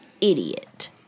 idiot